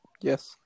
Yes